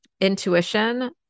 intuition